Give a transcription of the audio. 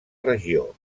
regió